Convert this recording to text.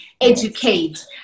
educate